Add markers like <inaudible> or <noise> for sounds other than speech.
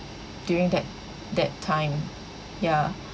during that that time ya <breath>